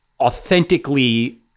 authentically